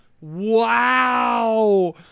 Wow